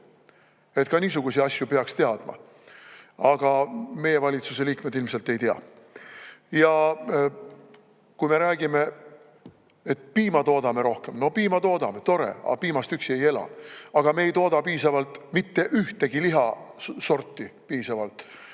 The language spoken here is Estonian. Ka niisuguseid asju peaks teadma. Aga meie valitsuse liikmed ilmselt ei tea. Me räägime, et piima toodame rohkem – no piima toodame ja see on tore, aga piimast üksi ei ela. Ja me ei tooda piisavalt mitte ühtegi sorti liha.